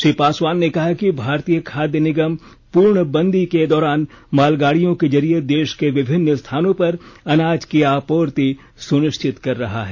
श्री पासवान ने कहा कि भारतीय खाद्य निगम पूर्णबंदी के दौरान मालगाड़ियों के जरिए देश के विभिन्न स्थानों पर अनाज की आपूर्ति सुनिश्चित कर रहा है